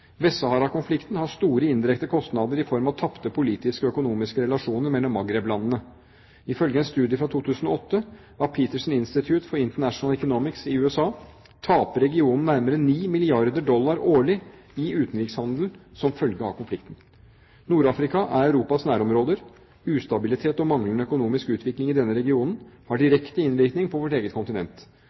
har store indirekte kostnader i form av tapte politiske og økonomiske relasjoner mellom Maghreb-landene. Ifølge en studie fra 2008 av Peterson Institute for International Economics i USA taper regionen nærmere 9 milliarder dollar årlig i utenrikshandel som følge av konflikten. Nord-Afrika er et av Europas nærområder. Ustabilitet og manglende økonomisk utvikling i denne regionen har direkte innvirkning på vårt eget kontinent.